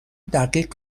دقیق